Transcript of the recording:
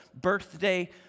birthday